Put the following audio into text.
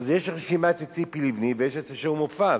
אז יש רשימה של ציפי לבני ויש של שאול מופז.